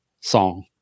song